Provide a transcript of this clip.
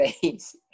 face